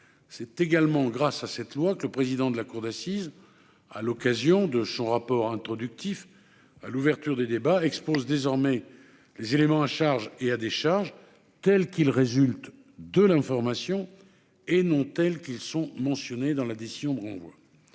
c'est également grâce à cette loi, que le président de la cour d'assises à l'occasion de son rapport introductif à l'ouverture des débats, expose désormais les éléments à charge et à décharge, tels qu'il résulte de l'information et non tels qu'ils sont mentionnés dans la décision de renvoi,